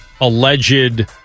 alleged